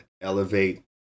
elevate